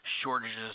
shortages